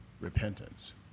repentance